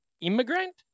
Immigrant